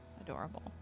Adorable